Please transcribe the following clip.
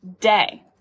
day